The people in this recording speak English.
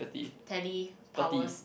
tele powers